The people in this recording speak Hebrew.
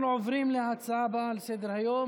אנחנו עוברים להצעה הבאה על סדר-היום,